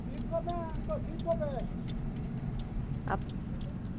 ᱟᱯ